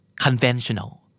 conventional